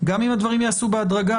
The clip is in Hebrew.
גם אם הדברים ייעשו בהדרגה,